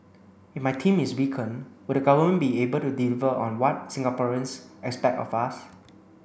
if my team is weakened would the government be able to deliver on what Singaporeans expect of us